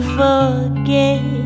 forget